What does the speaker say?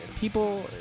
People